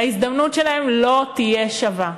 וההזדמנות שלהם לא תהיה שווה.